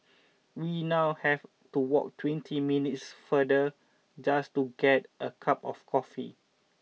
we now have to walk twenty minutes farther just to get a cup of coffee